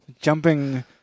Jumping